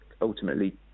ultimately